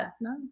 No